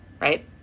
right